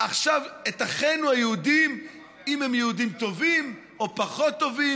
עכשיו את אחינו היהודים אם הם יהודים טובים או פחות טובים?